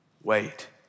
Wait